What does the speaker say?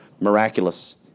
miraculous